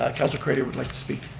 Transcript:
ah councilor craitor would like to speak.